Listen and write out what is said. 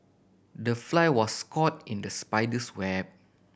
the fly was caught in the spider's web